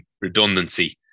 redundancy